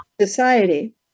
society